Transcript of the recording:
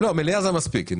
מליאה זה מספיק.